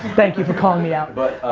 thank you for calling me out. but,